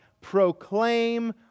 proclaim